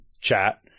chat